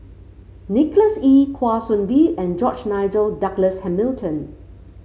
Nicholas Ee Kwa Soon Bee and George Nigel Douglas Hamilton